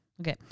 Okay